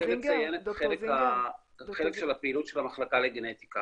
לציין את החלק של הפעילות של המחלקה לגנטיקה.